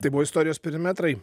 tai buvo istorijos perimetrai